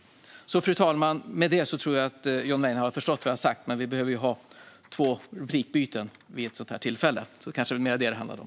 Fru talman! Med det tror jag att John Weinerhall har förstått vad jag sagt. Men vi behöver ju ha två replikutbyten vid ett sådant här tillfälle, så det kanske mer var det det handlade om.